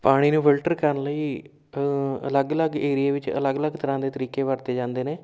ਪਾਣੀ ਨੂੰ ਫਿਲਟਰ ਕਰਨ ਲਈ ਅਲੱਗ ਅਲੱਗ ਏਰੀਏ ਵਿੱਚ ਅਲੱਗ ਅਲੱਗ ਤਰ੍ਹਾਂ ਦੇ ਤਰੀਕੇ ਵਰਤੇ ਜਾਂਦੇ ਨੇ